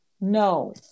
no